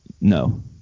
no